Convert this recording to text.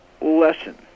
lesson